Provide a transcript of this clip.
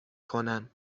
کنن